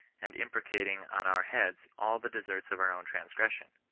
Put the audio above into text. and imprecating on our heads all the deserts of our own transgression.